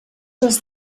les